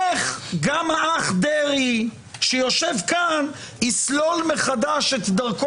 איך גם האח דרעי שיושב כאן יסלול מחדש את דרכי